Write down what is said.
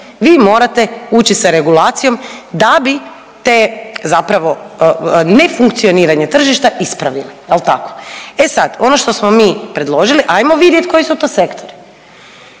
vi morate ući sa regulacijom da bi te zapravo nefunkcioniranje tržišta ispravili, jel tako? E sad, ono što smo mi predložili, ajmo vidjet koji su to sektori.